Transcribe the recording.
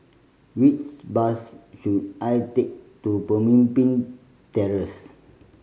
which bus should I take to Pemimpin Terrace